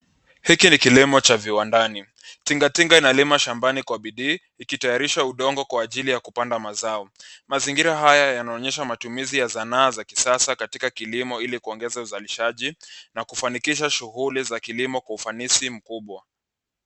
Hiki ni kilimo cha viwandani. Tingatinga inalima shambani kwa bidii ikitayarisha udongo kwa ajili ya kupanda mazao. Mazingira haya yanaonyesha matumizi ya sanaa za kisasa katika kilimo ili kuongeza uzalishaji na kufanikisha shughuli za kilimo kwa ufanisi mkubwa.